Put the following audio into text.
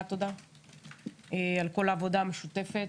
יעקב שבתאי תודה על כל העבודה המשותפת,